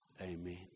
Amen